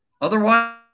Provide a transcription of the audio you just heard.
Otherwise